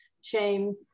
shame